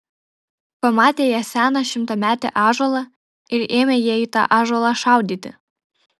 pamatė jie seną šimtametį ąžuolą ir ėmė jie į tą ąžuolą šaudyti